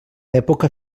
època